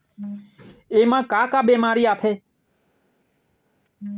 एमा का का बेमारी आथे?